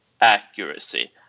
accuracy